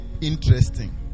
interesting